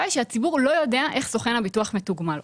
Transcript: הבעיה היא שהציבור לא יודע איך סוכן הביטוח מתוגמל.